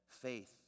faith